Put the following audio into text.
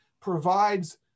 provides